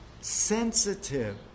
sensitive